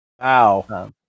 Wow